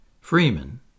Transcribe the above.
Freeman